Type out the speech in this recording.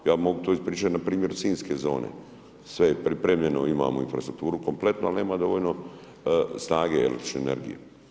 Ja mogu tu ispričati npr. sinjske zone, sve je pripremljeno, imamo infrastrukturu kompletno ali nema dovoljno snage električne energije.